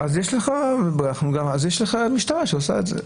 יש לך משטרה שעושה את זה.